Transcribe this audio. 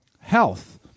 health